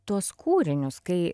tuos kūrinius kai